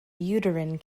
uterine